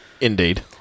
indeed